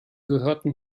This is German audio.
gehörten